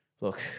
look